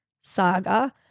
saga